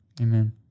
Amen